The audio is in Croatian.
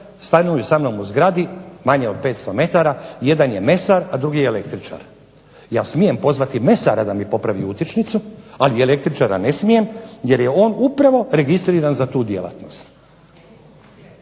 stanuju sa mnom u zgradi manje od 500 m, jedan je mesar, drugi električar. Ja smijem pozvati mesara da mi popravi utičnicu ali električara ne smijem jer je on upravo registriran za tu djelatnost.